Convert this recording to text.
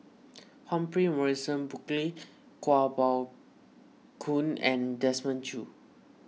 Humphrey Morrison Burkill Kuo Pao Kun and Desmond Choo